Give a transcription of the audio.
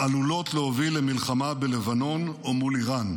העלולות להוביל למלחמה בלבנון או מול איראן.